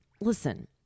Listen